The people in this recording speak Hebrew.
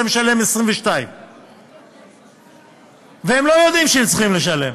זה משלם 22. והם לא יודעים שהם צריכים לשלם.